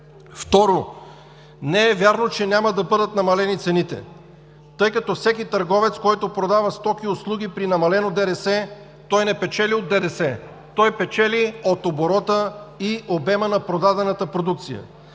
Второ, не е вярно, че няма да бъдат намалени цените, тъй като всеки търговец, който продава стоки и услуги при намален ДДС, той не печели от ДДС – той печели от оборота и от обема на продадената продукция.